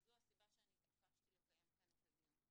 וזו הסיבה שאני התעקשתי לקיים כאן את הדיון.